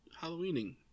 halloweening